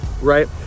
right